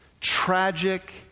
tragic